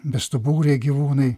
bestuburiai gyvūnai